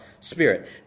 spirit